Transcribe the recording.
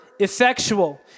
effectual